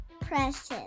precious